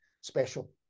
special